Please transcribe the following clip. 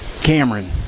Cameron